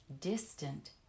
distant